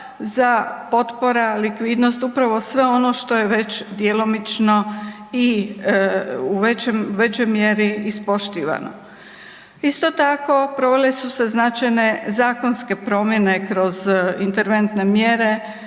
za potpora likvidnost, upravo sve ono što je već djelomično i u većoj mjeri ispoštivano. Isto tako provele su se značajne zakonske promjene kroz interventne mjere,